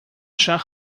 schach